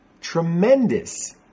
tremendous